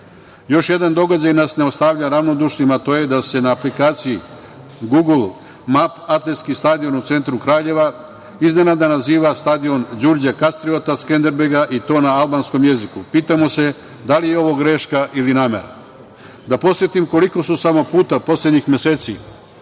jedan događaj nas ne ostavlja ravnodušnim, a to je da se na aplikaciji Gugl mape atletski stadion u centru Kraljeva iznenada naziva stadionom Đurađa Kastriota Skenderbega i to na albanskom jeziku. Pitamo se da li je ovo greška ili namera? Da podsetim koliko su samo puta poslednjih meseci